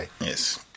Yes